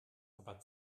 aber